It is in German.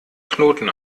knoten